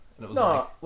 No